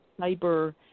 cyber